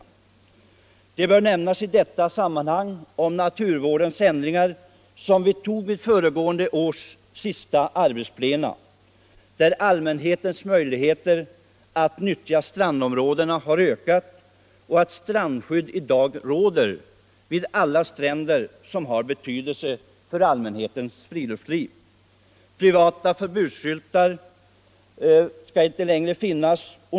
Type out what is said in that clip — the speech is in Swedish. I detta sammanhang bör nämnas de ändringar i naturvårdslagen som vi tog vid föregående års sista arbetsplenum och som innebär att allmänhetens möjligheter att nyttja framför allt strandområden har ökat och att strandskydd i dag råder vid alla stränder som har betydelse för allmänhetens friluftsliv. Privata förbudsskyltar skall inte längre få finnas.